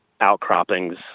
outcroppings